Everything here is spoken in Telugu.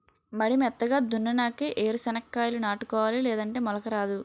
మడి మెత్తగా దున్నునాకే ఏరు సెనక్కాయాలు నాటుకోవాలి లేదంటే మొలక రాదు